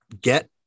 get